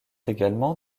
également